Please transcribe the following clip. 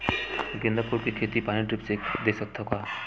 गेंदा फूल के खेती पानी ड्रिप से दे सकथ का?